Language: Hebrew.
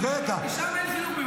בבקשה, פחות מ-3%.